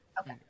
Okay